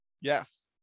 Yes